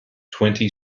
twenty